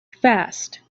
fast